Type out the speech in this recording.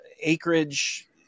acreage